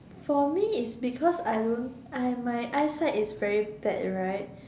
for me is because I don't I my eyesight is very bad right